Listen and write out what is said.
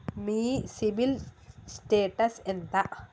మీ CIBIL status ఎంత?